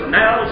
now